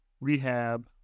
rehab